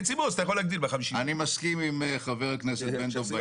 אני מסכים עם חבר הכנסת פינדרוס.